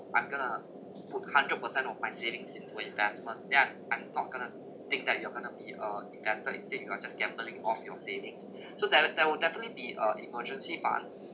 I'm going to put hundred percent of my savings into investment yeah I'm not going to think that you're going to be a investor is it you are just gambling off your savings so that right that would definitely be a emergency fund